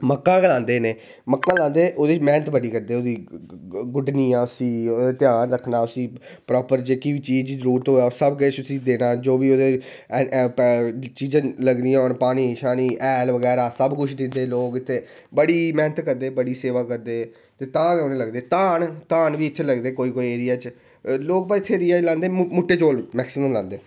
मक्कां बी लांदे न एह् मक्कां लांदे ते ओह्दी मैह्नत बड़ी करदे भी गुड्डना उसी ध्यान रक्खना उसी प्रॉपर जेह्की चीज़ दी जरूरत होऐ उसी देना जो बी ओह्दे ई जो बी चीज़ां लगदियां होन पानी हैल बगैरा सब कुछ दिंदे लोग इत्थै बड़ी मैह्नत करदे बड़ी सेवा करदे ते धान भी लगदे ते धान इत्थें लगदे कोई कोई एरिया च लोक भई सेनियां बी लांदे मुट्टे चोल मैक्सीमम लांदे